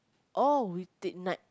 or we take night